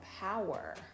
power